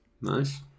Nice